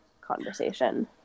conversation